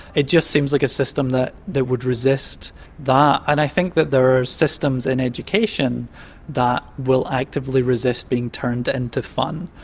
it just seems like a system that that would resist that. and i think there are systems in education that will actively resist being turned into fun.